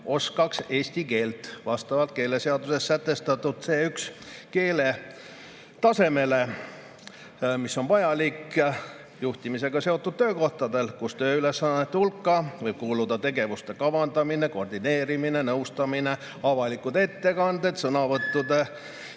oskaks eesti keelt vastavalt keeleseaduses sätestatud C1‑keeletasemele, mis on vajalik juhtimisega seotud töökohtadel, kus tööülesannete hulka võib kuuluda tegevuste kavandamine, koordineerimine, nõustamine, avalikud ettekanded, sõnavõttude